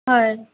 হয়